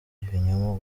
ibinyoma